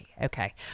Okay